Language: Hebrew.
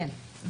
כן.